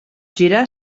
girar